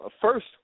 First